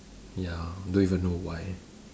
ya don't even know why